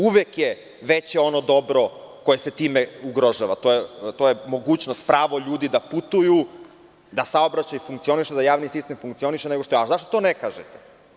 Uvek je veće ono dobro koje se time ugrožava, to je mogućnost, pravo ljudi da putuju, da saobraćaj funkcioniše, da javni sistem funkcioniše, zašto to ne kažete?